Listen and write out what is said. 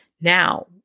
now